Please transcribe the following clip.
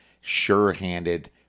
Sure-handed